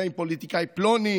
זה עם פוליטיקאי פלוני